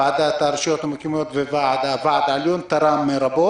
הוועד העליון של ערביי ישראל וזה תרם רבות.